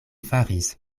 faris